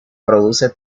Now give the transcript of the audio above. produce